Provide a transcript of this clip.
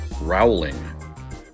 Rowling